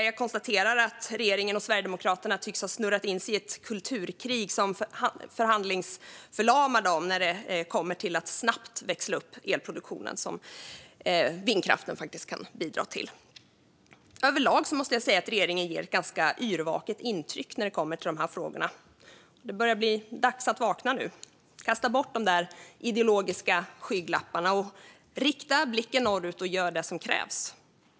Jag konstaterar dock att regeringen och Sverigedemokraterna tycks ha snurrat in sig i ett kulturkrig som handlingsförlamar dem när det gäller att snabbt växla upp elproduktionen, vilket vindkraften faktiskt kan bidra till. Jag måste säga att regeringen överlag ger ett ganska yrvaket intryck i dessa frågor. Det börjar bli dags att vakna nu. Kasta bort de ideologiska skygglapparna, rikta blicken norrut och gör det som krävs!